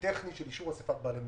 של אישור אסיפת בעלי מניות.